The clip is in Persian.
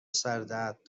سردرد